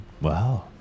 Wow